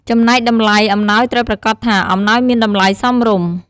ចំណែកតម្លៃ អំណោយត្រូវប្រាកដថាអំណោយមានតម្លៃសមរម្យ។